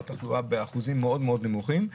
או תחלואה באחוזים מאוד מאוד נמוכים,